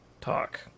talk